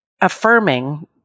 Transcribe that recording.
affirming